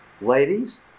Ladies